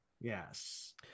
yes